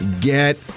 get